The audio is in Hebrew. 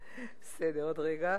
בסדר, עוד רגע.